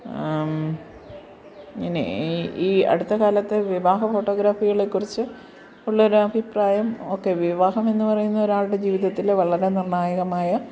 പിന്നെ ഈ ഈ അടുത്തകാലത്ത് വിവാഹ ഫോട്ടോഗ്രാഫികളെ കുറിച്ച് ഉള്ള ഒരഭിപ്രായം ഓക്കെ വിവാഹമെന്ന് പറയുന്നെ ഒരാളുടെ ജീവിതത്തില് വളരെ നിർണായകമായ